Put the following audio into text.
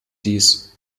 dies